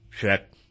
Check